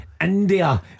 India